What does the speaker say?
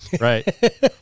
Right